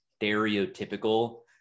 stereotypical